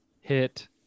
hit